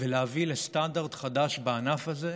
ולהביא לסטנדרט חדש בענף הזה,